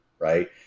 Right